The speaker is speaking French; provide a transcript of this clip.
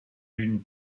une